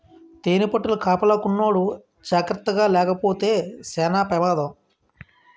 తేనిపట్టుల కాపలాకున్నోడు జాకర్తగాలేపోతే సేన పెమాదం